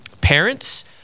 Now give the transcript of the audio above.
parents